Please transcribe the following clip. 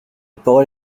parole